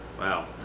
Wow